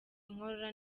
inkorora